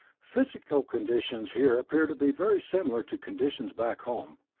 physical conditions here appear to be very similar to conditions back home,